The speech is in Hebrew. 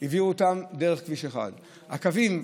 העבירו אותם דרך כביש 1. הקווים,